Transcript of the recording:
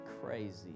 crazy